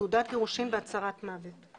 תעודת גירושין והצהרת מוות'.